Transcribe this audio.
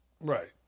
right